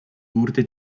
wurde